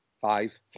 Five